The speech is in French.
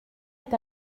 est